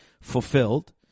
fulfilled